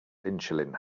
insulin